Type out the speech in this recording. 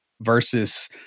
versus